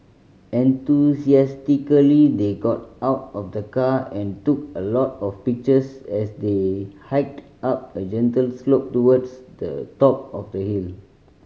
enthusiastically they got out of the car and took a lot of pictures as they hiked up a gentle slope towards the top of the hill